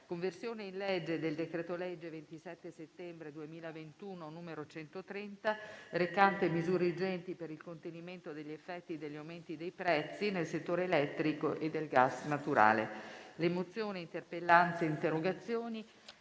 Conversione in legge del decreto-legge 27 settembre 2021, n. 130, recante misure urgenti per il contenimento degli effetti degli aumenti dei prezzi nel settore elettrico e del gas naturale (2401) previ pareri delle Commissioni